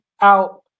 out